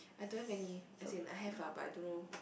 I don't have any as in I have lah but I don't know